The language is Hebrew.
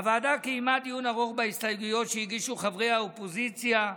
הוועדה קיימה דיון ארוך בהסתייגויות שהגישו חברי האופוזיציה הצפויה,